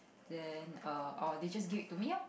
then err our teachers give it to me lor